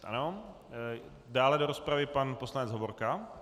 Ano, dále do rozpravy pan poslanec Hovorka.